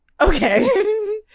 Okay